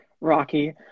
rocky